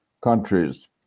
countries